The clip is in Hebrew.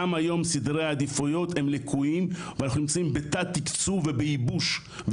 גם היום סדרי העדיפויות הם לקויים ואנחנו נמצאים בתת תקצוב ובייבוש.